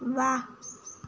व्वा